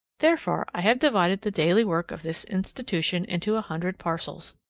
therefore i have divided the daily work of this institution into a hundred parcels,